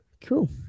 Cool